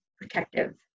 protective